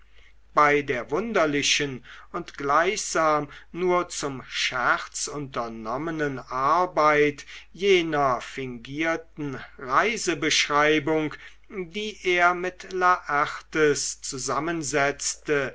bei der wunderlichen und gleichsam nur zum scherz unternommenen arbeit jener fingierten reisebeschreibung die er mit laertes zusammensetzte